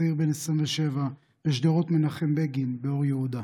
צעיר בן 27, בשדרות מנחם בגין באור יהודה.